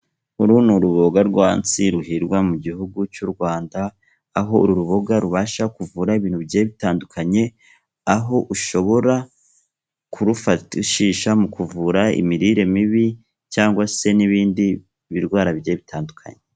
Uru ni uruboga rwatsi ruhingwa mu gihugu cy'u Rwanda, aho uru ruboga rubasha kuvura ibintu bitandukanye, aho ushobora kurwifashisha mu kuvura imirire mibi cyangwa se n'ibindi birwara bigiye bitandukanye.